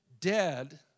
dead